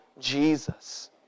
Jesus